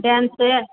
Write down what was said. dance